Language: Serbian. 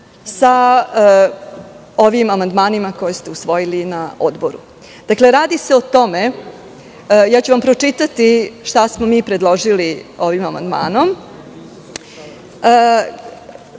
sa ovim amandmanima koje ste usvojili na Odboru. Dakle, radi se o tome, pročitaću vam šta smo mi predložili ovim amandmanom.